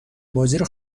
بازیرو